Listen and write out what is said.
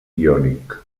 iònic